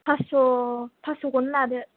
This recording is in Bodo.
फासस'खौनो लादो